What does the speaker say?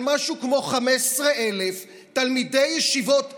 משהו כמו 15,000 תלמידי ישיבות זרים.